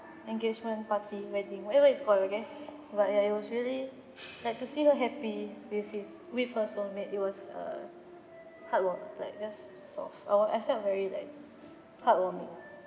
engagement party wedding whatever it's call okay but yeah it was really like to see her happy with his with her soul mate it was a heartwa~ like just soft I was I felt very like heartwarming